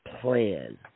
plan